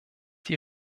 die